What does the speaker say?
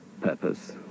purpose